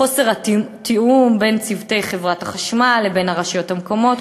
חוסר תיאום בין צוותי חברת החשמל לבין הרשויות המקומיות,